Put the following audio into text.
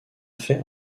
fait